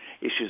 issues